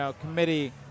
committee